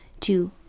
two